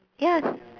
ya